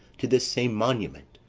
to this same monument.